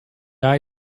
eye